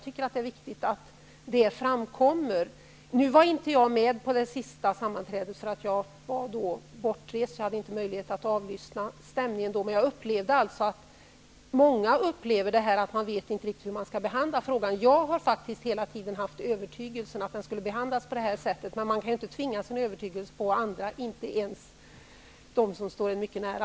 Det är viktigt att det framkommer. Jag var inte med på det senaste sammanträdet eftersom jag var bortrest, och hade inte möjlighet att känna hur stämningen var då, men jag hade alltså en känsla av att många tycker att man inte riktigt vet hur man skall behandla frågan. Jag har hela tiden haft övertygelsen att frågan skall behandlas på det här sättet, men man kan inte tvinga på andra sin övertygelse -- inte ens dem som står en mycket nära.